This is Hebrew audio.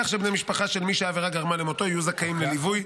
כך שבני משפחה של מי שהעבירה גרמה למותו יהיו זכאים לליווי,